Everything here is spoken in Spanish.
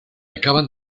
acaban